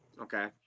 Okay